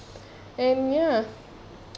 and ya